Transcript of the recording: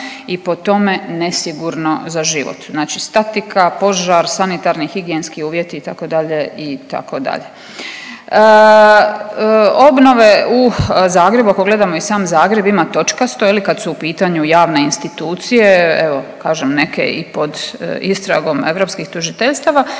i po tome nesigurno za život, znači statika, požar, sanitarni i higijenski uvjeti, itd., itd. Obnove u Zagrebu, ako gledamo i sam Zagreb, ima točkasto, je li, kad su u pitanju javne institucije, evo, kažem, neke i pod istragom europskih tužiteljstava,